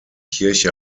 kirche